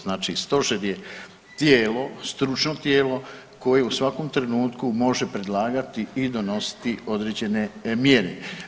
Znači stožer je tijelo, stručno tijelo koje u svakom trenutku može predlagati i donositi određene mjere.